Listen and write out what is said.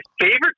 favorite